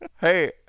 Hey